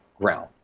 ground